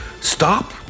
stop